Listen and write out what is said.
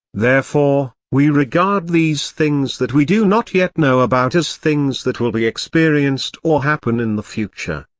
therefore, we regard these things that we do not yet know about as things that will be experienced or happen in the future.